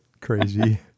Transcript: crazy